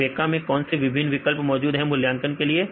तो वेका मैं कौन से विभिन्न विकल्प मौजूद हैं मूल्यांकन के लिए